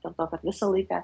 dėl to kad visą laiką